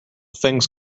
things